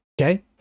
okay